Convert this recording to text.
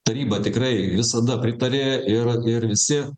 taryba tikrai visada pritarė ir ir visi